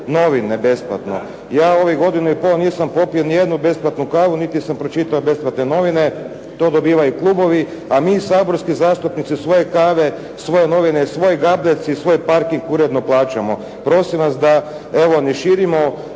novine besplatno. Ja u ovih godinu i pol nisam popio ni jednu besplatnu kavu, niti sam pročitao besplatne novine. To dobivaju klubovi, a mi saborski zastupnici svoje kave, svoje novine, svoj gablec i svoj parking uredno plaćamo. Prosim vas da evo ne širimo